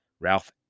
ralph